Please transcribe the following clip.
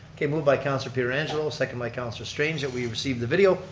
okay moved by counselor pietrangelo, second by counselor strange that we received the video.